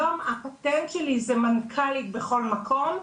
היום הפטנט שלי זה מנכ"לית בכל מקום,